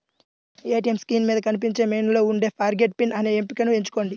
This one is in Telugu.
ఏటీయం స్క్రీన్ మీద కనిపించే మెనూలో ఉండే ఫర్గాట్ పిన్ అనే ఎంపికను ఎంచుకోండి